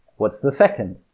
what's the second?